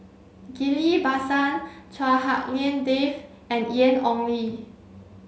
Ghillie Basan Chua Hak Lien Dave and Ian Ong Li